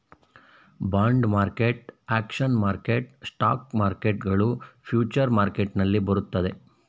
bond market, options market, stock market ಗಳು future market ನಲ್ಲಿ ಬರುತ್ತದೆ